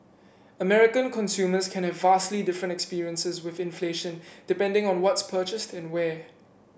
American consumers can have vastly different experiences with inflation depending on what's purchased and where